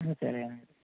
సరే అండి